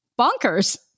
bonkers